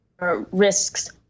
risks